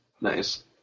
Nice